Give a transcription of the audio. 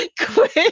Quit